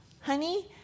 honey